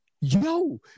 yo